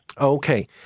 Okay